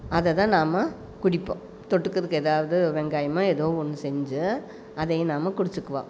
அதை தான் நாம் குடிப்போம் தொட்டுக்குறதுக்கு ஏதாவது வெங்காயமோ ஏதோ ஒன்று செஞ்சு அதையும் நாம் குடித்துக்குவோம்